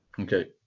Okay